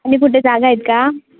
आणि कुठे जागा आहेत का